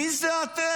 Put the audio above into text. מי זה אתם?